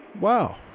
Wow